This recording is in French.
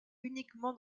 uniquement